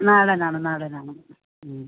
നാടനാണ് നാടനാണ് മ്മ്